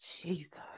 Jesus